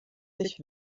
sich